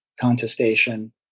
contestation